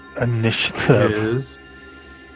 initiative